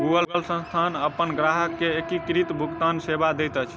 Google संस्थान अपन ग्राहक के एकीकृत भुगतान सेवा दैत अछि